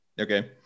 Okay